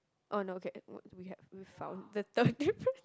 oh no okay what we have we had found the the different